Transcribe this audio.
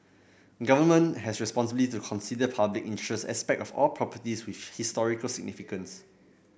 government has responsibility to consider public interest aspect of all properties with historical significance